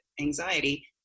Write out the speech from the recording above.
anxiety